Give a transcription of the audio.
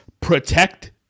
protect